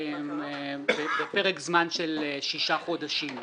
בפרק זמן של שישה חודשים.